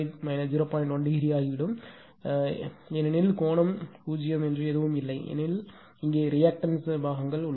1 ° ஆகிவிடும் ஏனென்றால் கோணம் 0 என்று எதுவும் இல்லை ஏனெனில் இங்கே ரியாக்டன்ஸ் பாகங்கள்